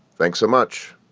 thanks so much